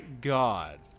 God